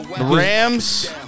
Rams